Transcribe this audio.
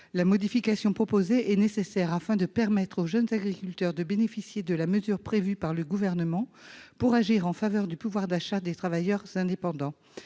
La modification proposée est nécessaire afin de permettre aux jeunes agriculteurs de bénéficier de la mesure prévue par le Gouvernement en faveur du pouvoir d'achat des travailleurs indépendants.